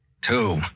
Two